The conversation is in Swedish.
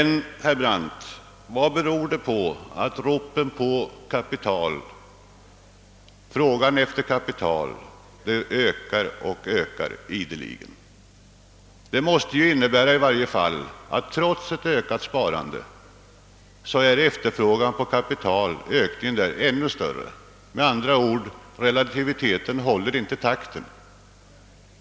Men, herr Brandt, vad beror det på att efterfrågan på kapital ideligen ökar? Måste inte det innebära att kapitalefterfrågan trots det ökade sparandet stiger ännu fortare, att relativiteten med andra ord inte håller takten?